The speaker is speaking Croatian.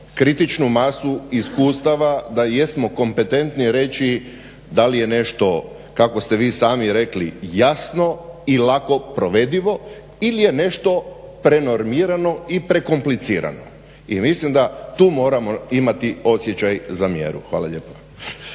kritičnu masu iskustava, da jesmo kompetentni reći da li je nešto, kako ste vi sami rekli, jasno i lako provedivo, ili je nešto prenormirano i prekomplicirano. I mislim da tu moramo imati osjećaj za mjeru. Hvala lijepa.